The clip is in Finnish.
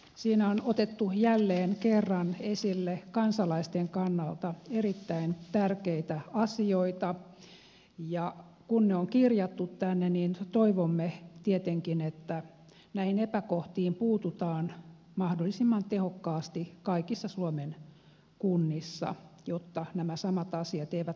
siinä on otettu jälleen kerran esille kansalaisten kannalta erittäin tärkeitä asioita ja kun ne on kirjattu tänne niin toivomme tietenkin että näihin epäkohtiin puututaan mahdollisimman tehokkaasti kaikissa suomen kunnissa jotta nämä samat asiat eivät toistuisi